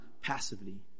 passively